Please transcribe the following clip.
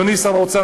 אדוני שר האוצר,